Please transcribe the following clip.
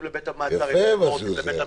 לבית המעצר אם אתם לא רוצים לבית המשפט.